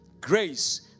grace